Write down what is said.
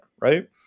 right